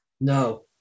No